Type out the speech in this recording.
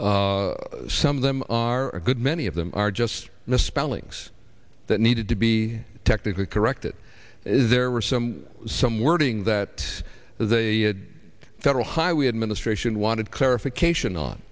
some of them are a good many of them are just misspellings that needed to be technically correct that there were some some wording that is a federal highway administration wanted clarification on